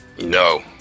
No